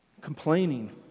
complaining